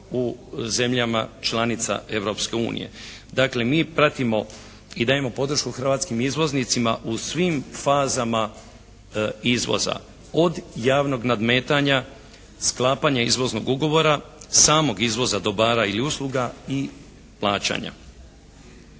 u zemljama članica Europske unije. Dakle, mi pratimo i dajemo podršku hrvatskim izvoznicima u svim fazama izvoza, od javnog nadmetanja, sklapanja izvoznog ugovora, samog izvoza dobara i usluga i plaćanja.